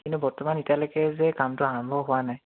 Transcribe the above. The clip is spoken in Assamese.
কিন্তু বৰ্তমান এতিয়ালৈকে যে কামটো আৰম্ভ হোৱা নাই